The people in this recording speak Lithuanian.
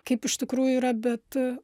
kaip iš tikrųjų yra bet